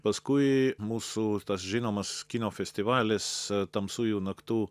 paskui mūsų tas žinomas kino festivalis tamsiųjų naktų